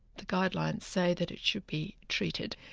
the guidelines say that it should be treated.